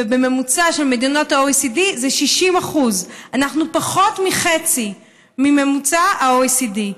ובממוצע של מדינות ה-OECD זה 60%. אנחנו פחות מחצי ממוצע ה-OECD.